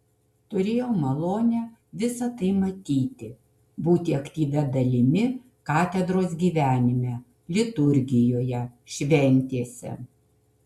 turėjau malonę visa tai matyti būti aktyvia dalimi katedros gyvenime liturgijoje šventėse